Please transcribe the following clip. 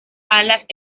alas